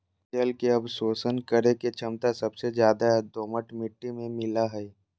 जल के अवशोषण करे के छमता सबसे ज्यादे दोमट मिट्टी में मिलय हई